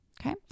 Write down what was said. Okay